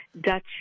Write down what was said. Dutch